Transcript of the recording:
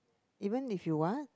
even if you want